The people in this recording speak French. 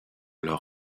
leur